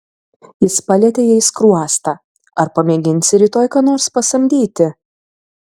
jis palietė jai skruostą ar pamėginsi rytoj ką nors pasamdyti